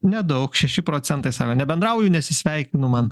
nedaug šeši procentai sako nebendrauju nesisveikinu man